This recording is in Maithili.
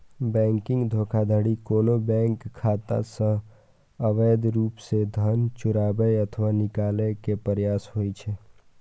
बैंकिंग धोखाधड़ी कोनो बैंक खाता सं अवैध रूप सं धन चोराबै अथवा निकाले के प्रयास होइ छै